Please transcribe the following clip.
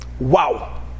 Wow